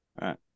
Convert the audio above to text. Right